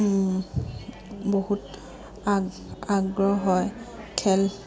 বহুত আগ আগ্ৰহ হয় খেল